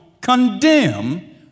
condemn